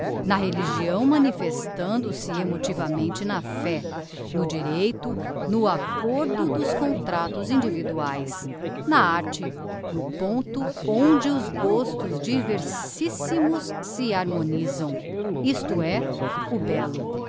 na religião manifestando se emotivamente na fé no direito no accordo dos contractos individuaes na arte no ponto onde os gostos diversissimos se harmonisam isto é o bello